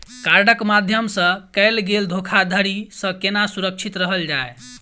कार्डक माध्यम सँ कैल गेल धोखाधड़ी सँ केना सुरक्षित रहल जाए?